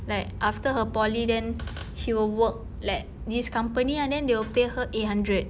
like after her poly then she will work like this company ah then they will pay her eight hundred